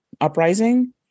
uprising